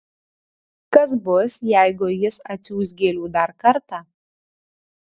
kas bus jeigu jis atsiųs gėlių dar kartą